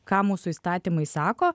ką mūsų įstatymai sako